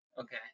okay